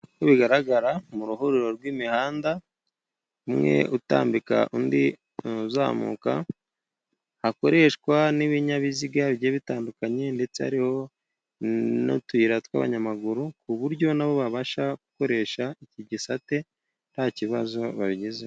Uko bigaragara mu ruhuriro rw'imihanda, umwe utambika undi uzamuka hakoreshwa n'ibinyabiziga, bigiye bitandukanye, ndetse hariho n'utuyira tw'abanyamaguru, ku buryo na bo babasha gukoresha iki gisate, nta kibazo babigizeho.